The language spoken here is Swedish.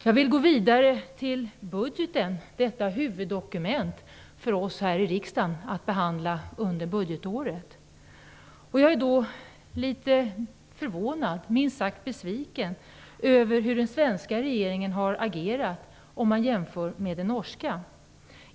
Jag vill gå vidare till budgeten, detta huvuddokument för oss i riksdagen att behandla under budgetåret. Jag är litet förvånad, minst sagt besviken, över hur den svenska regeringen har agerat om man jämför med den norska.